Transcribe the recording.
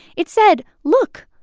it said, look,